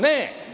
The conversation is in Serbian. Ne.